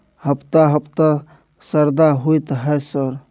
हफ्ता हफ्ता शरदा होतय है सर?